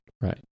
Right